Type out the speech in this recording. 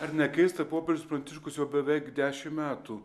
ar nekeista popiežius pranciškus jau beveik dešimt metų